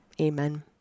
Amen